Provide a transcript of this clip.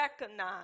recognize